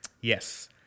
Yes